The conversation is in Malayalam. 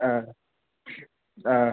ആ ആ